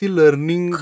learning